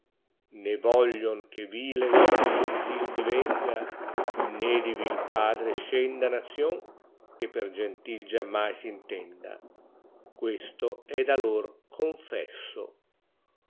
né voglion che vile uom gentil divenga né di vil padre scenda nazion che per gentil giammai s intenda questo è da lor coticesso